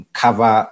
cover